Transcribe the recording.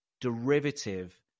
derivative